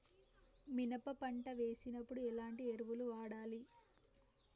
మినప పంట వేసినప్పుడు ఎలాంటి ఎరువులు వాడాలి?